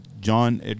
John